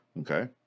Okay